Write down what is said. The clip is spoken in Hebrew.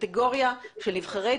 קטגוריה של נבחרי ציבור,